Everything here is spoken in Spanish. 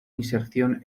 inserción